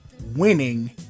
winning